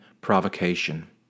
provocation